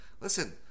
Listen